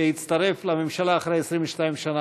שהצטרף לממשלה אחרי 22 שנה,